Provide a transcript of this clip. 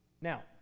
Now